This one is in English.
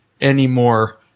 anymore